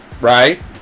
right